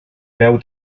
peu